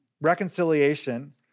Reconciliation